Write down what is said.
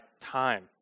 time